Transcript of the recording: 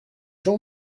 jean